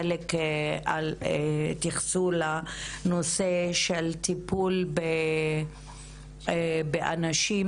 חלק התייחסו לנושא של טיפול באנשים